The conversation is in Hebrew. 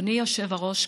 אדוני היושב-ראש,